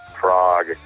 frog